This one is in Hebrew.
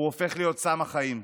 הוא הופך להיות סם החיים,